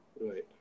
Right